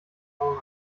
owner